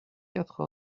quatre